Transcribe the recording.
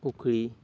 उखळी